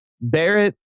Barrett